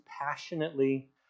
passionately